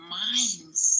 minds